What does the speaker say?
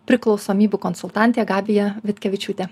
priklausomybių konsultantė gabija vitkevičiūtė